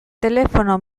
telefono